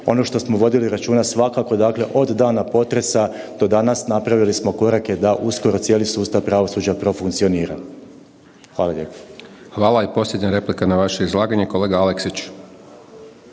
Ono što smo vodili računa svakako dakle od dana potresa do danas napravili smo korake da uskoro cijeli sustav pravosuđa profunkcionira. Hvala lijepo. **Hajdaš Dončić, Siniša (SDP)** Hvala. I posljednja replika na vaše izlaganje. Kolega Aleksić.